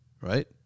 right